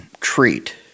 treat